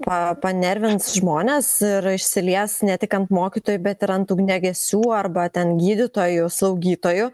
pa panervins žmones ir išsilies ne tik ant mokytojų bet ir ant ugniagesių arba ten gydytojų slaugytojų